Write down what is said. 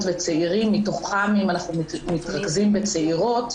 וצעירים מתוכם אם אנחנו מתרכזים בצעירות,